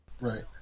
Right